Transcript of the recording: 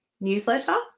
newsletter